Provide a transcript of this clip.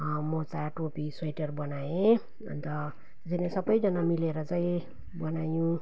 मोजा टोपी स्वेटर बनाएँ अन्त यहाँनिर सबैजना मिलेर चाहिँ बनायौँ